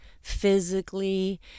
physically